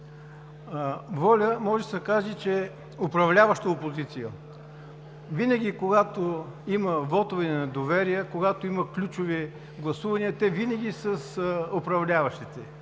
ВОЛЯ може да се каже, че е управляваща опозиция. Винаги когато има вотове на недоверие, когато има ключови гласувания, те винаги са с управляващите,